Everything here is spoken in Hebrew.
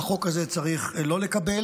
את החוק הזה צריך לא לקבל,